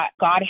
God